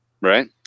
right